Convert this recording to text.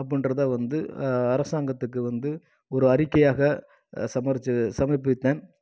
அப்படின்றத வந்து அரசாங்கத்துக்கு வந்து ஒரு அறிக்கையாக சமர்ப்பித்தேன்